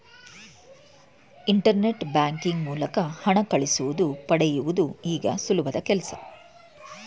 internet banking ಮೂಲಕ ಹಣ ಕಳಿಸುವುದು ಪಡೆಯುವುದು ಈಗ ಸುಲಭದ ಕೆಲ್ಸ